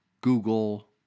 Google